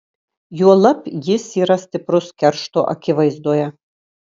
juolab jis yra stiprus keršto akivaizdoje